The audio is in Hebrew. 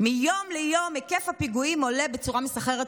"מיום ליום היקף הפיגועים עולה בצורה מסחררת",